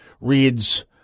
reads